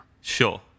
Sure